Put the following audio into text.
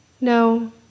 No